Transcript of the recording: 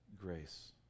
grace